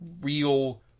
real